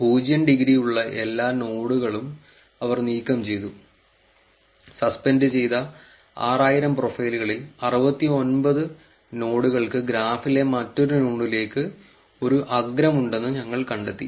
പൂജ്യം ഡിഗ്രി ഉള്ള എല്ലാ നോഡുകളും അവർ നീക്കം ചെയ്തു സസ്പെൻഡ് ചെയ്ത 6000 പ്രൊഫൈലുകളിൽ 69 നോഡുകൾക്ക് ഗ്രാഫിലെ മറ്റൊരു നോഡിലേക്ക് ഒരു അഗ്രമുണ്ടെന്ന് ഞങ്ങൾ കണ്ടെത്തി